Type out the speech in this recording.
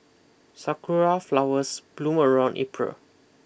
sakura flowers bloom around April